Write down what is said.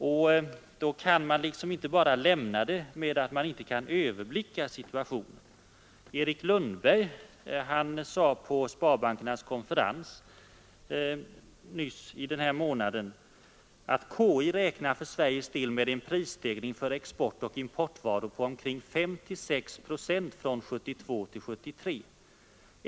Ett sådant läge med så allvarliga risker kan man inte bara som finansministern i svaret avfärda med att det inte går att säkert överblicka situationen. Professor Erik Lundberg sade på sparbankernas konferens den 7 mars att konjunkturinstitutet för Sveriges del räknar med en ”prisstegring för exportoch importvaror på omkring 5—6 96 från 1972 till 1973.